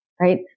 right